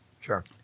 Sure